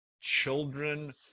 Children